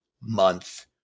month